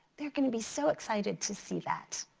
they're gonna be so excited to see that.